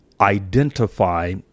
identify